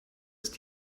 ist